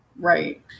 Right